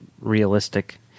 realistic